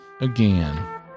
again